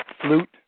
Flute